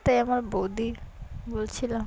তাই আমার বৌদি বলছিলাম